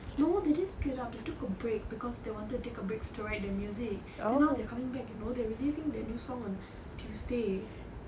no they didn't split up they took a break because they wanted to take a break to write the music then now they're coming back you know they're releasing their new song on tuesday